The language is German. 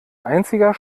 einziger